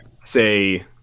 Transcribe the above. say